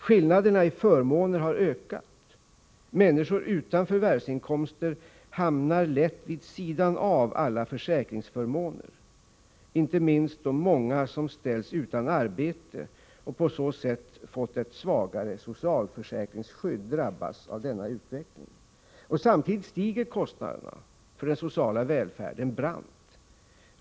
Skillnaderna i förmåner har ökat. Människor utan förvärvsinkomster hamnar lätt vid sidan av alla försäkringsförmåner. Inte minst de många som ställs utan arbete och på så sätt får ett svagare socialförsäkringsskydd drabbas av denna utveckling. Samtidigt stiger kostnaderna för den sociala välfärden brant.